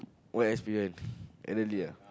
what experience at the elderly ah